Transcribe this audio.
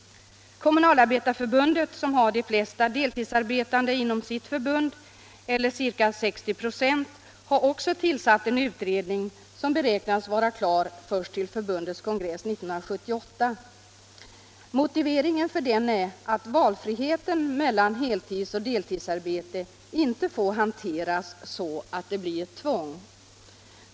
Kommunalarbetareförbundet, som har de flesta deltidsarbetande bland sina medlemmar eller 60 96, har också tillsatt en utredning som beräknas vara klar först till förbundets kongress 1978. Motiveringen är att valfriheten mellan heltidsoch deltidsarbete inte får hanteras så, att det blir ett tvång.